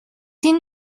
seen